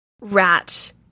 Rat